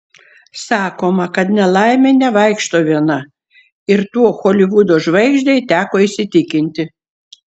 sakoma kad nelaimė nevaikšto viena ir tuo holivudo žvaigždei teko įsitikinti